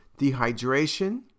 dehydration